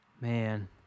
Man